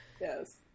Yes